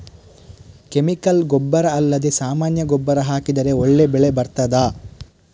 Chemical ಗೊಬ್ಬರ ಅಲ್ಲದೆ ಸಾಮಾನ್ಯ ಗೊಬ್ಬರ ಹಾಕಿದರೆ ಒಳ್ಳೆ ಬೆಳೆ ಬರ್ತದಾ?